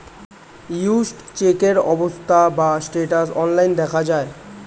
issued চেকের অবস্থা বা স্ট্যাটাস অনলাইন দেখা যায়